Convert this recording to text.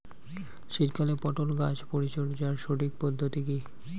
শীতকালে পটল গাছ পরিচর্যার সঠিক পদ্ধতি কী?